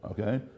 okay